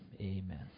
Amen